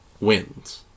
wins